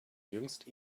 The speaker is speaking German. jüngst